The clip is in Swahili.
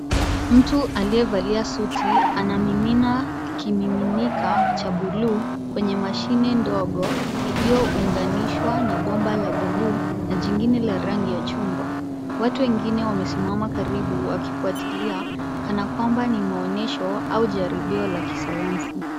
Mtu aliyevalia suti anamimina kimiminika cha buluu, kwenye mashine mdogo iliyo unganishwa na bomba la buluu na jingine la rangi ya chungwa. Watu wengine wamesimama karibu wakifuatilia kana kwamba ni maonyesho au jaribio la kisayansi.